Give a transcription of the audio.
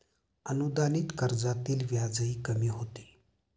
अनुदानित कर्जातील व्याजही कमी होते